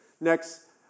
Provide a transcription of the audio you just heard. Next